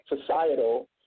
societal